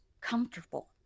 comfortable